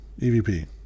EVP